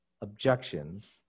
objections